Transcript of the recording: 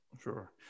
Sure